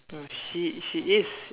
no she she is